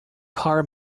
car